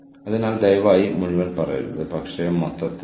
കൂടാതെ കൂടുതൽ നെറ്റ്വർക്കുചെയ്ത പ്രവർത്തന രീതികൾ